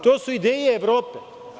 To su ideje Evrope.